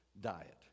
diet